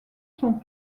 sont